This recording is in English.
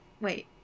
Wait